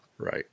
Right